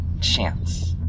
chance